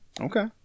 Okay